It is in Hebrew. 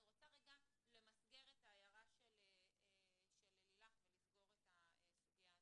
אני רוצה למסגר את ההערה של לילך ולסגור את הסוגיה הזאת.